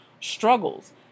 struggles